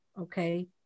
Okay